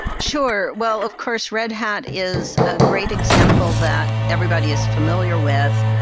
sure. well, of course red hat is a great example that everybody is familiar with,